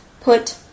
put